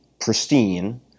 pristine